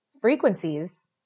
frequencies